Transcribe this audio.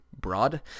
broad